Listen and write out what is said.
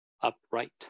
upright